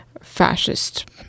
fascist